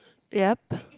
yup